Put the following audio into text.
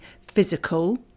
physical